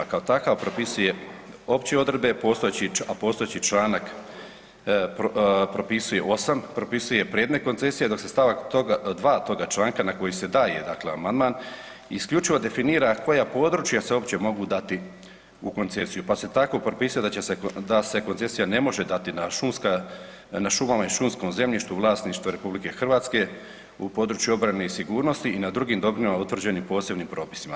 Kao takav propisuje opće odredbe a postojeći članak propisuje, 8., propisuje predmet koncesije dok se stavak 2. toga članka na koji se daje dakle amandman, isključivo definira koja područja se uopće mogu dati u koncesiju pa se tako propisuje da se koncesije ne može dati na šumama i šumskom zemljištu u vlasništvu RH, u području obrane i sigurnosti i na drugim dobrima utvrđenim posebnim propisima.